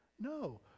no